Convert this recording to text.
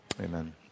amen